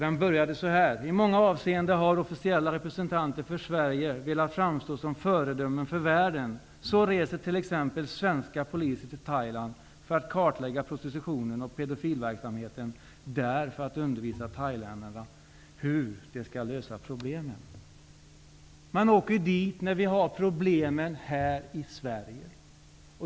Den började så här: ''I många avseenden har officiella representanter för Sverige velat framstå som föredömen för världen. Så reser t.ex. svenska poliser till Thailand för att kartlägga prostitutionen och pedofilverksamheten där, för att undervisa thailändarna hur de skall lösa problemen.'' Man åker dit, när vi har problemen här hemma.